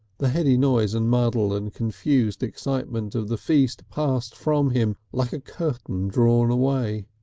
the heady noise and muddle and confused excitement of the feast passed from him like a curtain drawn away.